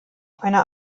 einer